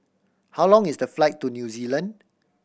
how long is the flight to New Zealand